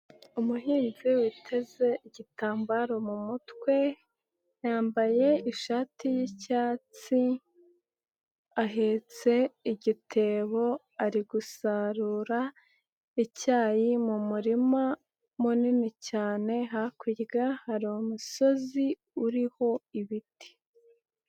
Umuhinzi witeze igitambaro mu mutwe, yambaye ishati y'icyatsi, ahetse igitebo ari gusarura, icyayi mu murima, munini cyane hakurya hari umusozi uriho ibiti.